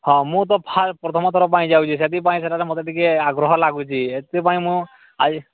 ହଁ ମୁଁ ତ ଫା ପ୍ରଥମ ଥର ପାଇଁ ଯାଉଛି ସେଥିପାଇଁ ସେଠାରେ ମୋତେ ଟିକିଏ ଆଗ୍ରହ ଲାଗୁଛି ସେଥିପାଇଁ ମୁଁ ଆଜି